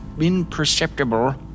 imperceptible